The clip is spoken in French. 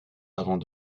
avant